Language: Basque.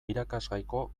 irakasgaiko